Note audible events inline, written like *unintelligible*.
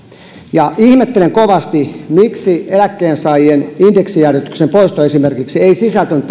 ja ihmettelen kovasti miksi esimerkiksi eläkkeensaajien indeksijäädytyksen poisto ei sisältynyt *unintelligible*